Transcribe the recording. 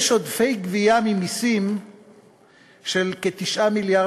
יש עודפי גבייה ממסים של כ-9 מיליארדי